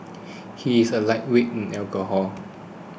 he is a lightweight in alcohol